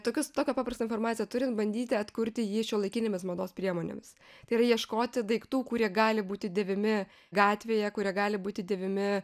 tokius tokią paprastą farmaciją turint bandyti atkurti jį šiuolaikinėmis mados priemonėmis tai yra ieškoti daiktų kurie gali būti dėvimi gatvėje kurie gali būti dėvimi